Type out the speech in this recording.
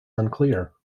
unclear